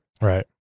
right